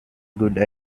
good